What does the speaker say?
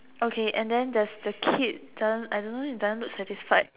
okay and then there's a kid doesn't I don't know he doesn't look satisfied